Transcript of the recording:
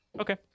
Okay